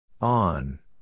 On